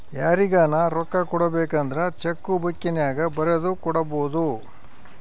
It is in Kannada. ಯಾರಿಗನ ರೊಕ್ಕ ಕೊಡಬೇಕಂದ್ರ ಚೆಕ್ಕು ಬುಕ್ಕಿನ್ಯಾಗ ಬರೆದು ಕೊಡಬೊದು